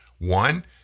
One